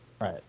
right